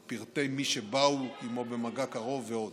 את פרטי מי שבאו עימו במגע קרוב ועוד.